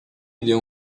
deu